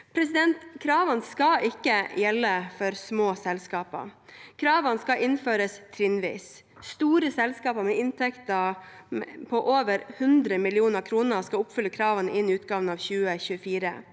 nå sikrer. Kravene skal ikke gjelde for små selskaper. Kravene skal innføres trinnvis. Store selskaper med inntekter på over 100 mill. kr skal oppfylle kravene innen utgangen av 2024.